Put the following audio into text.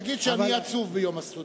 נגיד שאני עצוב ביום הסטודנט.